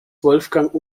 wolfgang